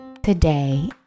Today